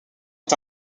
est